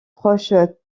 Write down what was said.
proches